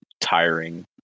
tiring